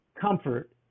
comfort